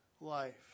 life